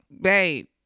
Babe